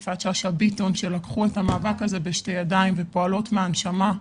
הכנסת יפעת שאשא ביטון שלקחו את המאבק הזה בשתי ידיים ופועלות מהנשמה.